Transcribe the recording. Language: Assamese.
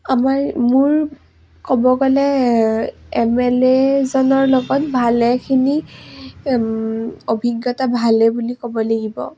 আমাৰ মোৰ ক'ব গ'লে এম এল এ জনৰ লগত ভালেখিনি অভিজ্ঞতা ভালেই বুলি ক'ব লাগিব